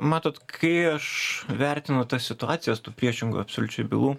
matot kai aš vertinu tas situacijas tų priešingų absoliučiai bylų